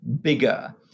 bigger